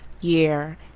Year